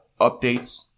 updates